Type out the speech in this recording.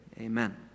amen